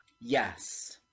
yes